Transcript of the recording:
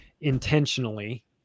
intentionally